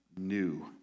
new